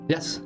Yes